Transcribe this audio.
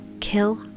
kill